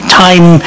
time